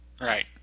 Right